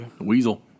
weasel